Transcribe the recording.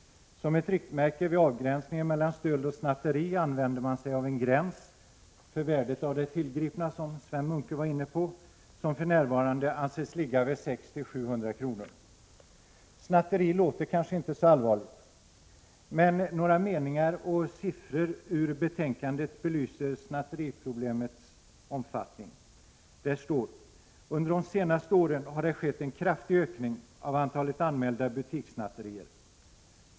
Som ett riktmärke vid avgränsningen mellan stöld och snatteri använder man sig av en gräns för värdet av det tillgripna — vilket Sven Munke var inne på — som för närvarande anses ligga vid 600-700 kr. Snatteri låter kanske inte så allvarligt, men några meningar och siffror ur betänkandet belyser snatteriproblemets omfattning: ”Under de senaste åren har det skett en kraftig ökning av antalet anmälda butikssnatterier.